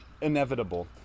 inevitable